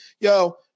Yo